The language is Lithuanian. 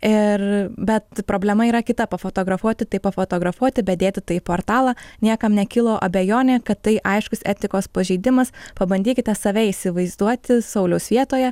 ir bet problema yra kita pafotografuoti tai pafotografuoti bet dėti tai portalą niekam nekilo abejonė kad tai aiškus etikos pažeidimas pabandykite save įsivaizduoti sauliaus vietoje